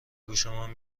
گوشمان